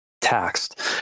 taxed